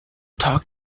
talk